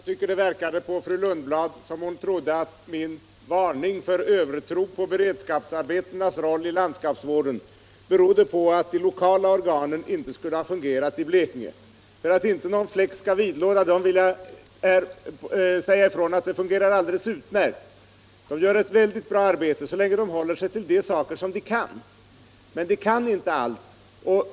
Fru talman! Det verkade på fru Lundblad som om hon menade att min varning för övertro på beredskapsarbetenas roll i landskapsvården berodde på att de lokala organen inte skulle ha fungerat i Blekinge. För att inte någon fläck skall vidlåda dem vill jag därför säga ifrån att det fungerar alldeles utmärkt där; de gör ett väldigt bra arbete så länge de håller sig till de saker som de kan, men de kan inte allt.